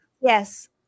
Yes